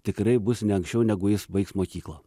tikrai bus ne anksčiau negu jis baigs mokyklą